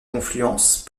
confluence